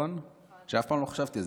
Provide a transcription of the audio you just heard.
אף פעם לא חשבתי על זה שאת במאי.